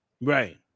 Right